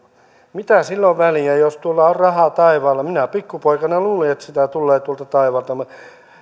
mitä sillä on väliä jos tuolla on rahaa taivaalla minä pikkupoikana luulin että sitä tulee tuolta taivaalta